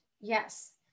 yes